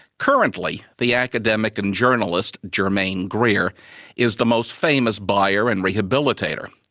currently, the academic and journalist, germaine greer, is the most famous buyer and rehabilitator.